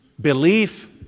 belief